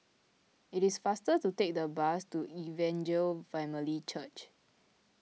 it is faster to take the bus to Evangel Family Church